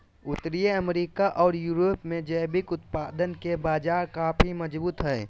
उत्तरी अमेरिका ओर यूरोप में जैविक उत्पादन के बाजार काफी मजबूत हइ